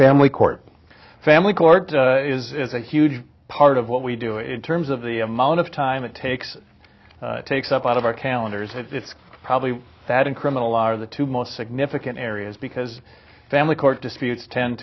family court family court is a huge part of what we do in terms of the amount of time it takes takes up out of our calendars it's probably that in criminal law are the two most significant areas because family court disputes tend